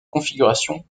configuration